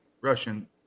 Russian